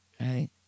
Right